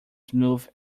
smooth